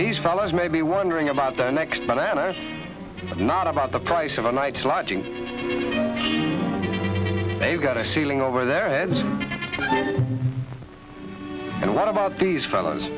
these fellows may be wondering about the next bananas not about the price of a night's lodging they've got a ceiling over their heads and what about these fellows